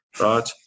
right